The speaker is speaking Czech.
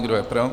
Kdo je pro?